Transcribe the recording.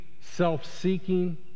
Self-seeking